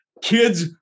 Kids